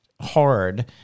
hard